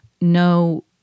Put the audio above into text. no